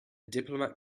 diplomat